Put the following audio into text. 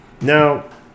now